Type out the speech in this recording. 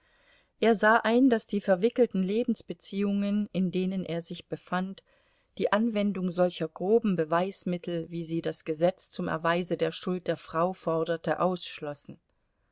er sah ein daß die verwickelten lebensbeziehungen in denen er sich befand die anwendung solcher groben beweismittel wie sie das gesetz zum erweise der schuld der frau forderte ausschlossen